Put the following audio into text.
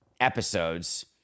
episodes